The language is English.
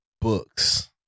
books